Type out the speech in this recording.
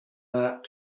art